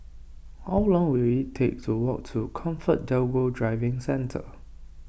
how long will it take to walk to ComfortDelGro Driving Centre